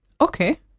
Okay